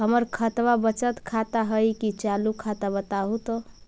हमर खतबा बचत खाता हइ कि चालु खाता, बताहु तो?